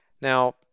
Now